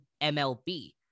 MLB